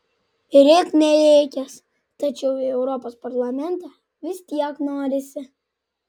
rėk nerėkęs tačiau į europos parlamentą vis tiek norisi